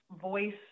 voice